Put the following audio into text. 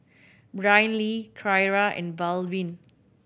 Brynlee Kyra and Baldwin